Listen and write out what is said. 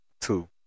two